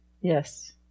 yes